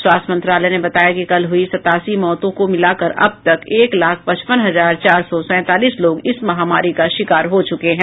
स्वास्थ्य मंत्रालय ने बताया कि कल हुई सतासी मौतों को मिलाकर अब तक एक लाख पचपन हजार चार सौ सैंतालीस लोग इस महामारी का शिकार हो चुके हैं